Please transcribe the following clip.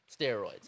steroids